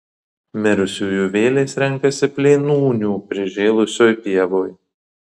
mirusiųjų vėlės renkasi plėnūnių prižėlusioj pievoj